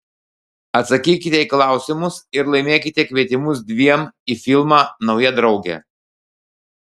atsakykite į klausimus ir laimėkite kvietimus dviem į filmą nauja draugė